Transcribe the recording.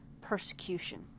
persecution